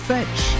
Fetch